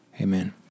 Amen